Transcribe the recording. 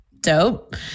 dope